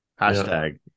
Hashtag